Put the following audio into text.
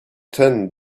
ten